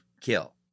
kill